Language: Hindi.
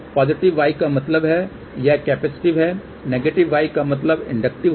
पॉजिटिव Y का मतलब है कि यह कैपेसिटिव है और नेगेटिव Y का मतलब इंडक्टिव होगा